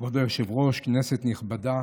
כבוד היושב-ראש, כנסת נכבדה,